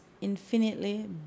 infinitely